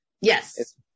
Yes